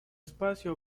espacio